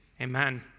amen